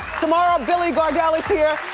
tomorrow, billy gardell is here.